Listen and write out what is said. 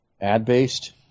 ad-based